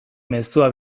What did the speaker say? mezua